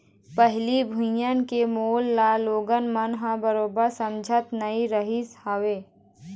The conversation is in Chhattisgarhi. पहिली भुइयां के मोल ल लोगन मन ह बरोबर समझत नइ रहिस हवय